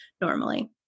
normally